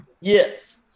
Yes